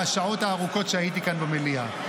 השעות הארוכות שהייתי כאן במליאה.